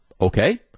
Okay